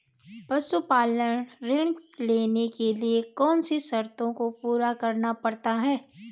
पशुपालन ऋण लेने के लिए कौन सी शर्तों को पूरा करना पड़ता है?